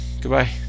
Goodbye